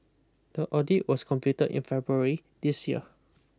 the audit was completed in February this year